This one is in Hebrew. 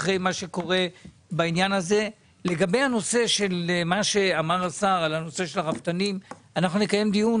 על הנושא של הרפתנים נקיים דיון.